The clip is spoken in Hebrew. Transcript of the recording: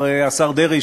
אחרי השר דרעי,